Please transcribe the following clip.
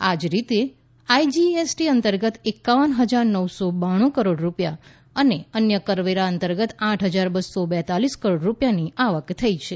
આ જ રીતે આઈજીએસટી અંતર્ગત એકાવન ફજાર નવસો બાણું કરોડ રૂપિયા અને અન્ય કરવેરા અંતર્ગત આઠ ફજાર બસો બેતાલીસ કરોડ રૂપિયાની આવક થઈ છે